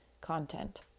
content